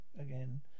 again